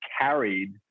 carried